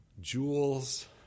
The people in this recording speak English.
jewels